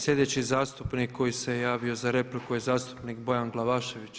Sljedeći zastupnik koji se javio za repliku je zastupnik Bojan Glavašević.